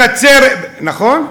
נכון?